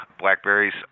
blackberries